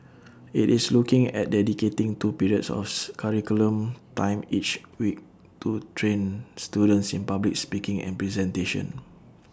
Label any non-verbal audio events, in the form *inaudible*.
IT is looking at dedicating two periods *unintelligible* curriculum time each week to train students in public speaking and presentation